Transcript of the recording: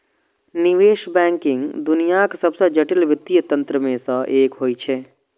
निवेश बैंकिंग दुनियाक सबसं जटिल वित्तीय तंत्र मे सं एक होइ छै